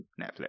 Netflix